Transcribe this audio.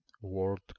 World